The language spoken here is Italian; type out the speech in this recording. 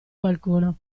qualcuno